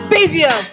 Savior